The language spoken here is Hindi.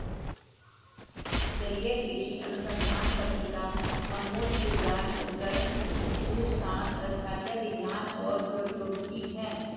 जलीय कृषि अनुसंधान पत्रिका अमूर्त विज्ञान उद्धरण सूचकांक खाद्य विज्ञान और प्रौद्योगिकी है